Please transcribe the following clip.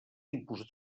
tipus